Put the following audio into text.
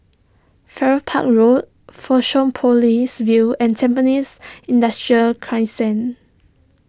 Farrer Park Road Fusionopolis View and Tampines Industrial Crescent